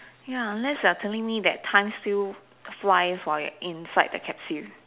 ya unless you're telling me that time still flies while you're inside the capsule